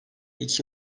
iki